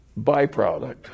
byproduct